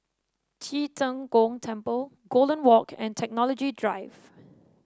Ci Zheng Gong Temple Golden Walk and Technology Drive